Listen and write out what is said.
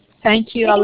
thank you,